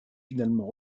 finalement